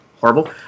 horrible